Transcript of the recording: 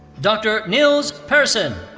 dr. nils persson.